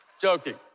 Joking